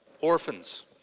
orphans